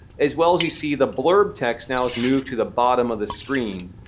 as well as you see the blurb text now is moved to the bottom of the screen.